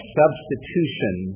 substitution